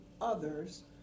others